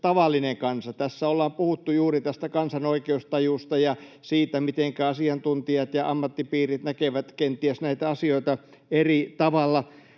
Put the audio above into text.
tavallinen kansa”. Tässä ollaan puhuttu juuri tästä kansan oikeustajusta ja siitä, mitenkä asiantuntijat ja ammattipiirit kenties näkevät näitä asioita eri tavalla.